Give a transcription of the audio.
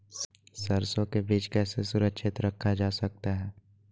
सरसो के बीज कैसे सुरक्षित रखा जा सकता है?